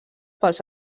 pels